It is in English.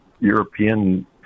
European